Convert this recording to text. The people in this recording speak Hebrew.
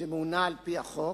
שמונה על-פי החוק,